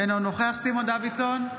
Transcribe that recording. אינו נוכח סימון דוידסון,